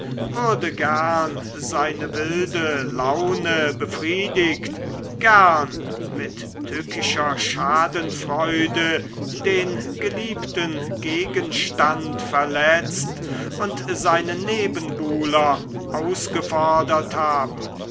würde gern seine wilde laune befriedigt gern mit tückischer schadenfreude den geliebten gegenstand verletzt und seinen nebenbuhler ausgefordert haben